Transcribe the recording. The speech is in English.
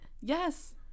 Yes